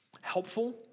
helpful